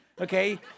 okay